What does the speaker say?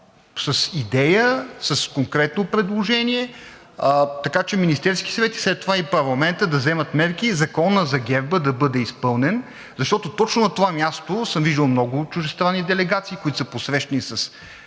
с идея, с конкретно предложение, така че Министерският съвет и след това и парламентът да вземат мерки Закона за герба да бъде изпълнен. Защото точно на това място съм виждал много чуждестранни делегации, които са посрещани с